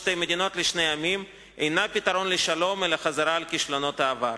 "שתי מדינות לשני עמים" אינה פתרון לשלום אלא חזרה על כישלונות העבר.